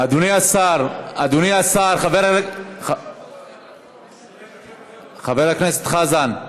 אדוני השר, אדוני השר, חבר הכנסת חזן,